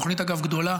אגב,